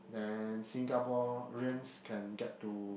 then Singaporeans can get to